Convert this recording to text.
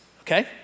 Okay